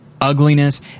ugliness